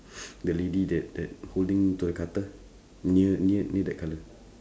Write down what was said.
the lady that that holding to the cutter near near the colour